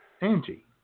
Angie